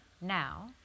now